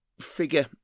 figure